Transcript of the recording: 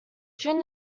during